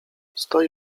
stoi